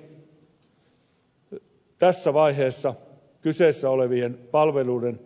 valitettavasti tässä vaiheessa kyseessä olevien palveluiden